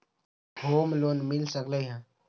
Home loan मिल सकलइ ह?